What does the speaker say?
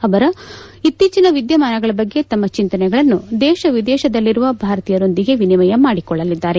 ಅವರು ಇತ್ತೀಚಿನ ವಿದ್ಯಮಾನಗಳ ಬಗ್ಗೆ ತಮ್ನ ಚಿಂತನೆಗಳನ್ನು ದೇಶ ವಿದೇಶದಲ್ಲಿರುವ ಭಾರತೀಯರೊಂದಿಗೆ ವಿನಿಮಯ ಮಾಡಿಕೊಳ್ಳಲಿದ್ದಾರೆ